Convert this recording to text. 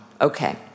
Okay